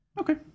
Okay